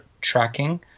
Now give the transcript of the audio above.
tracking